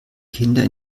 kinder